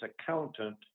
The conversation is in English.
accountant